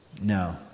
No